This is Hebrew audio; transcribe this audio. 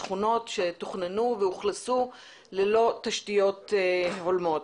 שכונות שתוכננו ואוכלסו ללא תשתיות הולמות.